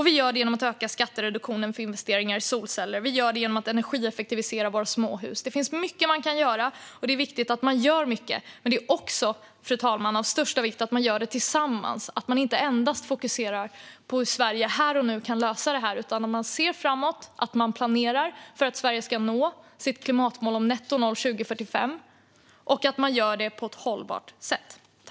Vi gör det genom att öka skattereduktionen för investeringar i solceller, och vi gör det genom att energieffektivisera våra småhus. Det finns mycket man kan göra, och det är viktigt att man gör mycket. Men det är också av största vikt att man gör det tillsammans, fru talman, och inte endast fokuserar på hur Sverige här och nu kan lösa det här. När vi ser framåt ska vi planera för att Sverige ska nå sitt klimatmål om nettonollutsläpp 2045 på ett hållbart sätt.